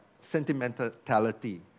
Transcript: sentimentality